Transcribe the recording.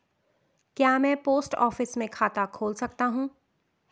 क्या मैं post office में खाता खोल सकता हूँ?